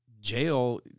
jail